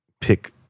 pick